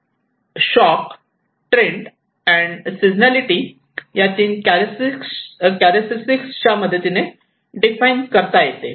vulnerability context shock trend and seasonality या तीन characteristics च्या मदतीने डिफाइन करता येतो